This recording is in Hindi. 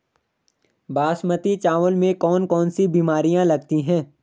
बासमती चावल में कौन कौन सी बीमारियां लगती हैं?